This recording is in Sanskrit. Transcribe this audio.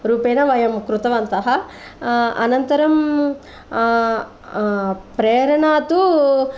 रुपेण वयं कृतवन्तः अनन्तरं प्रेरणा तु